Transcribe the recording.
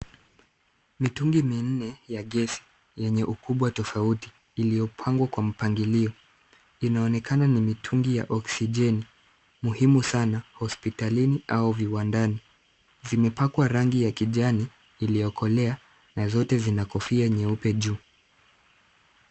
Mitungi minne, ya gesi, yenye ukubwa tofauti, iliyopangwa kwa mpangilio. Inaonekana ni mitungi ya oksijeni, muhimu sana hospitalini au viwandani. Zimepakwa rangi ya kijani, iliyokolea na zote zinakofia nyeupe juu.